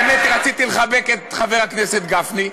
האמת היא שרציתי לחבק את חבר הכנסת גפני,